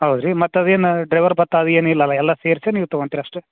ಹೌದು ರೀ ಮತ್ತು ಅದೇನು ಡ್ರೈವರ್ ಬತ್ತಾ ಅದೇನಿಲ್ಲಲ್ಲಾ ಎಲ್ಲಾ ಸೇರಿಸಿ ನೀವು ತಗೋಳ್ತೀರ ಅಷ್ಟೆ